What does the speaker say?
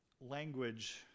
Language